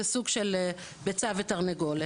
זה סוג של ביצה ותרנגולת'.